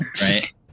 Right